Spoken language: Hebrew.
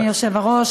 אדוני היושב-ראש,